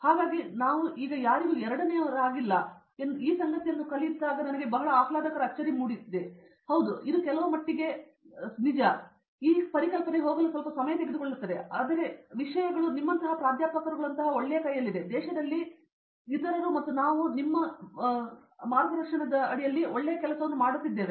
ಹಾಗಾಗಿ ನಾವು ಈಗ ಯಾರಿಗೂ ಎರಡನೆಯವರಾಗಿಲ್ಲ ಎಂದು ಈ ಸಂಗತಿಯನ್ನು ಕಲಿಯಲು ಆಹ್ಲಾದಕರ ಅಚ್ಚರಿ ಮೂಡಿಸಿದೆ ಹೌದು ಇದು ಕೆಲವು ಮಟ್ಟಿಗೆ ಹೋಗಲು ಸಮಯ ತೆಗೆದುಕೊಳ್ಳುತ್ತದೆ ಆದರೆ ವಿಷಯವು ನಿಮ್ಮಂತಹ ಪ್ರಾಧ್ಯಾಪಕರುಗಳಂತಹ ಒಳ್ಳೆಯ ಕೈಯಲ್ಲಿದೆ ಮತ್ತು ದೇಶದಲ್ಲಿ ಇತರರು ಮತ್ತು ನಾನು ಒಳ್ಳೆಯ ಕೆಲಸವನ್ನು ಮಾಡುತ್ತಿದ್ದೇನೆ